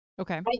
okay